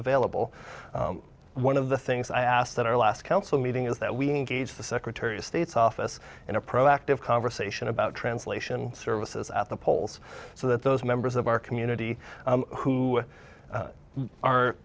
available one of the i asked that our last council meeting is that we gauge the secretary of state's office in a proactive conversation about translation services at the polls so that those members of our community who are